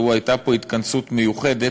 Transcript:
שהייתה פה התכנסות מיוחדת,